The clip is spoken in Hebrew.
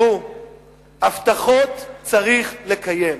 הבטחות צריך לקיים.